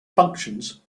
functions